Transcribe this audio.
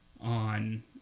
on